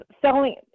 selling